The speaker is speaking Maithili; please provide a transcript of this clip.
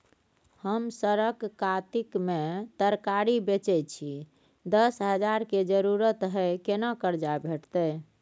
हम सरक कातिक में तरकारी बेचै छी, दस हजार के जरूरत हय केना कर्जा भेटतै?